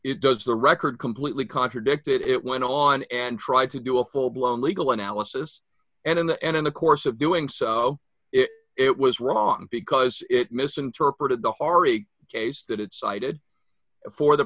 it does the record completely contradicted it went on and tried to do a full blown legal analysis and in the end in the course of doing so it was wrong because it misinterpreted the horrific case that it cited for the